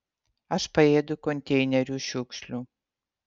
aš paėdu konteinerių šiukšlių